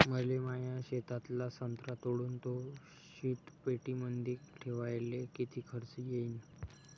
मले माया शेतातला संत्रा तोडून तो शीतपेटीमंदी ठेवायले किती खर्च येईन?